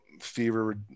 fever